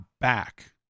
back